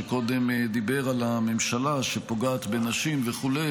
שקודם דיבר על הממשלה שפוגעת בנשים וכו'.